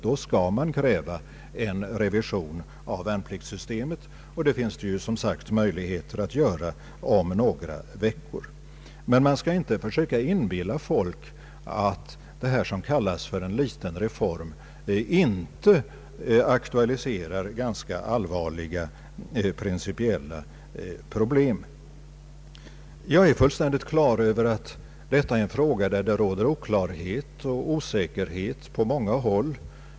Då skall man kräva en revision av värnpliktssystemet, och det finns, som sagt, möjligheter att göra det om några veckor. Men man skall inte försöka inbilla folk att det som här kallas en liten reform inte aktualiserar ganska allvarliga principiella problem. Jag är fullständigt på det klara med att detta är en fråga beträffande vilken det råder oklarhet och osäkerhet på många håll.